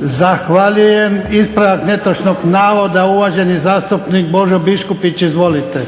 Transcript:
Zahvaljujem. Ispravak netočnog navoda, uvaženi zastupnik Božo Biškupić. Izvolite.